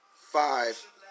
five